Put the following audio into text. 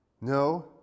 No